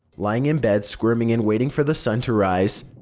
lying in bed squirming and waiting for the sun to rise,